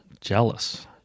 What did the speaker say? jealous